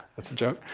it's a joke.